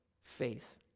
faith